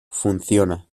funciona